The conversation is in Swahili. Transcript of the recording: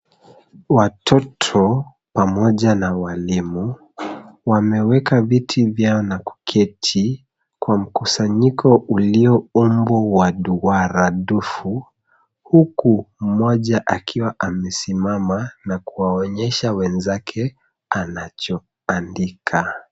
Watoto pamoja na walimu, wameweka viti vyao na kuketi kwa mkusanyiko ulio umbo wa duara dufu, huku mmoja akiwa amesimama na kuwaonyesha wenzake anachoandika.